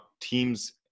teams